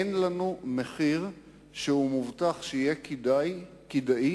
אין לנו מחיר שהוא מובטח שיהיה כדאי